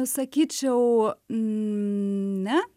sakyčiau ne